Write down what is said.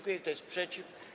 Kto jest przeciw?